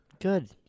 Good